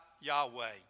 Yahweh